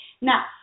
Now